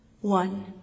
One